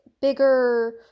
bigger